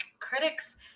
critics